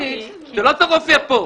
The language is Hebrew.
זה לא צריך להופיע פה.